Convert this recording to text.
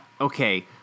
Okay